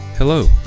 Hello